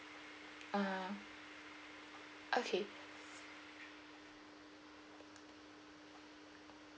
ah okay